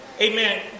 Amen